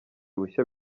bushya